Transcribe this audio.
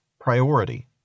Priority